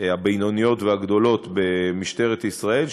הבינוניות והגדולות במשטרת ישראל.